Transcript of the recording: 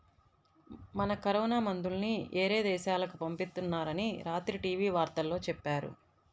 మన కరోనా మందుల్ని యేరే దేశాలకు పంపిత్తున్నారని రాత్రి టీవీ వార్తల్లో చెప్పారు